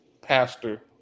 pastor